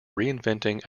reinventing